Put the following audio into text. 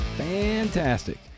Fantastic